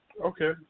Okay